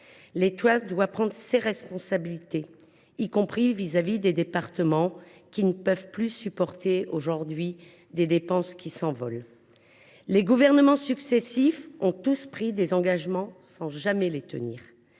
L’État doit prendre ses responsabilités, y compris à l’égard des départements, lesquels ne peuvent plus supporter des dépenses qui s’envolent. Les gouvernements successifs ont tous pris des engagements, sans jamais les tenir.